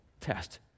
test